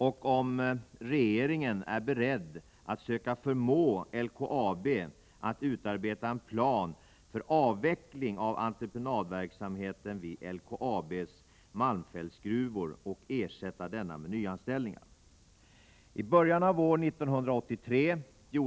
Vid förhandlingar mellan SFO:s branschkommitté och Svenska gruvindustriarbetareförbundet har facket motsatt sig att ovannämnda borrningar överlåts på det finska företaget.